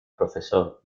profesor